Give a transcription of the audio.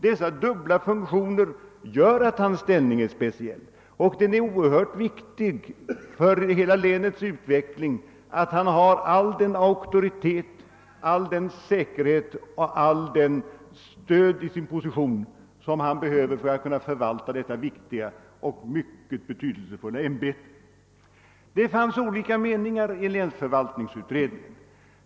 Dessa dubbla funktioner gör hans ställning speciell, och det är oerhört viktigt för hela länets utveckling att han har all den auktoritet och säkerhet och allt det stöd i sin position som han behöver för att kunna förvalta sitt viktiga och mycket betydelsefulla ämbete: Det fanns olika meningar representerade inom länsförvaltningsutredningen.